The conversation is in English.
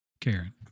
Karen